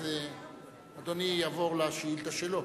אז אדוני יעבור לשאילתא שלו.